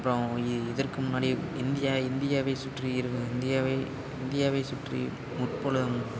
அப்புறம் இ இதற்கு முன்னாடி இந்தியா இந்தியாவை சுற்றி இருந்த இந்தியாவை இந்தியாவை சுற்றி முற்பொழுதும்